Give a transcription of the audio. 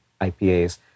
IPAs